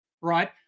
right